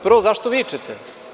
Prvo, zašto vičete?